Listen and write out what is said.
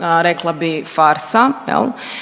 rekla bi farsa.